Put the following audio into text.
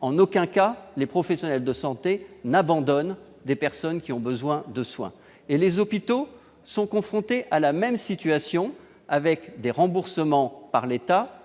en aucun cas les professionnels de santé n'abandonne des personnes qui ont besoin de soins et les hôpitaux sont confrontés à la même situation, avec des remboursements par l'État